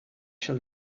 shall